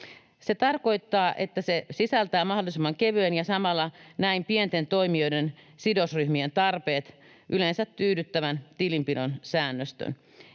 Se tarkoittaa, että se sisältää mahdollisimman kevyen ja samalla näin pienten toimijoiden sidosryhmien tarpeet yleensä tyydyttävän tilinpidon säännöstön.